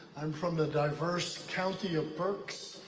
i'm from the diverse county of berks,